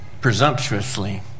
presumptuously